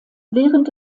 während